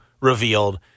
revealed